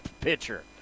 pitcher